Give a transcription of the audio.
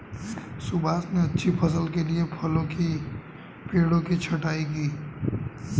सुभाष ने अच्छी फसल के लिए फलों के पेड़ों की छंटाई की